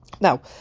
Now